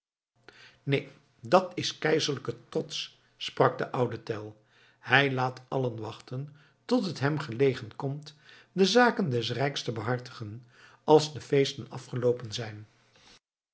neen dat is keizerlijke trots sprak de oude tell hij laat allen wachten tot het hem gelegen komt de zaken des rijks te behartigen als de feesten afgeloopen zijn